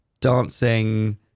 dancing